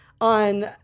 On